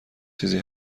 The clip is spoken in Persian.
چیزی